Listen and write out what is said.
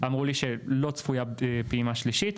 אמרו לי שלא צפויה פעימה שלישית,